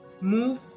move